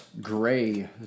Gray